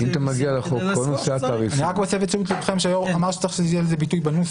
אני מסב את תשומת לבכם שהיושב ראש אמר שצריך להיות לזה ביטוי בנוסח.